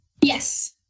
Yes